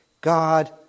God